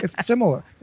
Similar